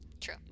true